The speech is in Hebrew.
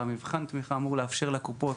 ומבחן התמיכה אמור לאפשר לקופות